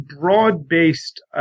broad-based